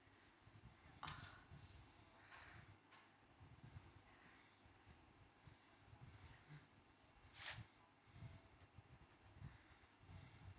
ah